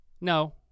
No